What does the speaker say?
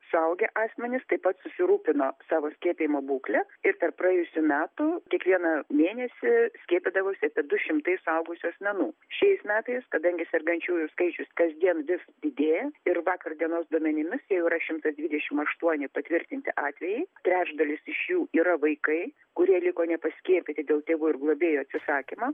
suaugę asmenys taip pat susirūpino savo skiepijimo būkle ir per praėjusių metų kiekvieną mėnesį skiepydavusi apie du šimtai suaugusių asmenų šiais metais kadangi sergančiųjų skaičius kasdien vis didėja ir vakar dienos duomenimis jau yra šimtas dvidešim aštuoni patvirtinti atvejai trečdalis iš jų yra vaikai kurie liko nepaskiepyti dėl tėvų ir globėjų atsisakymo